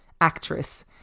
actress